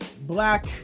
black